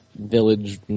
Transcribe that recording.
Village